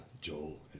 Joel